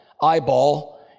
eyeball